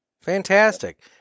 Fantastic